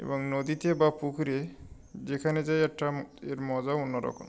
এবং নদীতে বা পুকুরে যেখানে যাই একটা এর মজাও অন্য রকম